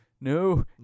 no